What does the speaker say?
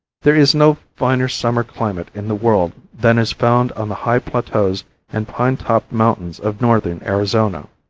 there is no finer summer climate in the world than is found on the high plateaus and pine-topped mountains of northern arizona.